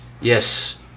Yes